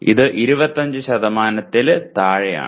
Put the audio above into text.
ഇത് 25ൽ താഴെയാണ്